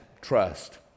trust